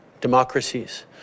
democracies